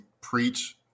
preach